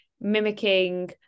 mimicking